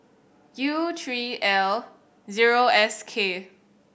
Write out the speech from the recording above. U three L zero S K